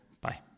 Bye